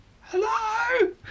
Hello